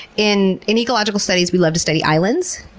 in in ecological studies, we love to study islands,